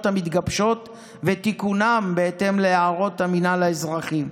התוכניות המתגבשות ותיקונן בהתאם להערות המינהל האזרחי.